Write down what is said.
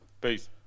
Peace